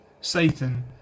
Satan